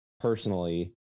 personally